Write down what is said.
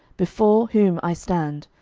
before whom i stand,